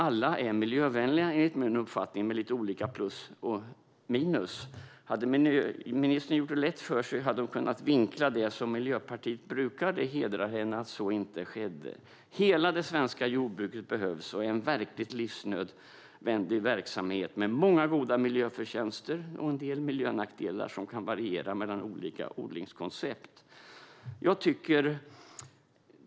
Alla är enligt min uppfattning miljövänliga, med lite olika plus och minus. Ministern hade kunnat göra det lätt för sig och vinkla det som Miljöpartiet brukar. Det hedrar henne att så inte skedde. Hela det svenska jordbruket behövs och är en livsnödvändig verksamhet med många goda miljöförtjänster och en del miljömässiga nackdelar som kan variera mellan olika odlingskoncept.